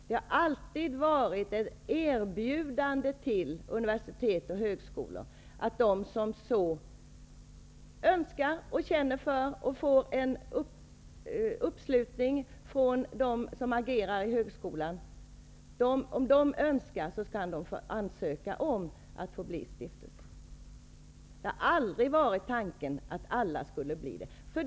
Det har alltid varit ett erbjudande till universitet och högskolor att de som så önskar och de som har en uppslutning kring detta från dem som agerar i högskolan kan ansöka om att få bli stiftelse. Det har aldrig varit tanken att alla skulle bli det.